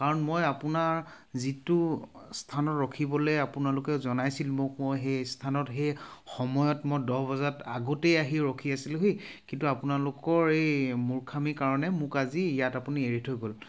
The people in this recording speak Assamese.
কাৰণ মই আপোনাৰ যিটো স্থানত ৰখিবলৈ আপোনালোকে জনাইছিল মোক মই সেই স্থানত সেই সময়ত মই দহ বজাত আগতেই আহি ৰখি আছিলোঁহি কিন্তু আপোনালোকৰ এই মূৰ্খামিৰ কাৰণে মোক আজি ইয়াত আপুনি এৰি থৈ গ'ল